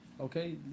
okay